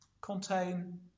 contain